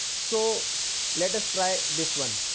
so let us try this one.